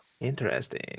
Interesting